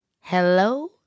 hello